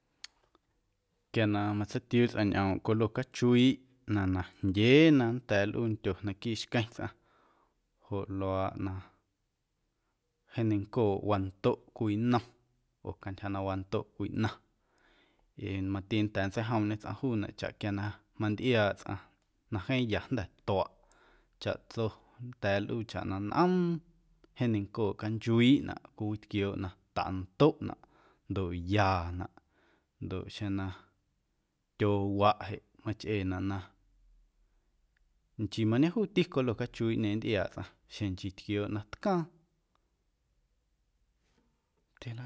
Quia na matseitiuu tsꞌaⁿ ñꞌoomꞌ colo cachuiiꞌ ꞌnaⁿ najndyee na nlꞌuu na nndyo naquiiꞌ xqueⁿ tsꞌaⁿ joꞌ luaaꞌ na jeeⁿ neiⁿncooꞌ wandoꞌ cwii nnom oo cantyja na wandoꞌ cwii ꞌnaⁿ ee mati nnda̱a̱ nntseijoomꞌñe tsꞌaⁿ juunaꞌ chaꞌ quia na mantꞌiaaꞌ tsꞌaⁿ na jeeⁿ ya jnda̱ tuaꞌ chaꞌtso nnda̱a̱ nlꞌuu chaꞌ nꞌoom jeeⁿ neiⁿncooꞌ canchuiiꞌnaꞌ cwiwitquiooꞌ na tandoꞌnaꞌ ndoꞌ yaanaꞌ ndoꞌ xjeⁿ na tyoowaꞌ jeꞌ machꞌeenaꞌ na nchii mañejuuti colo cachuiiꞌñeeⁿ nntꞌiaaꞌ tsꞌaⁿ xeⁿ nchii tquiooꞌ na tcaaⁿ.